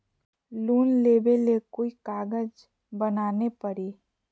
Loan लेबे ले कोई कागज बनाने परी?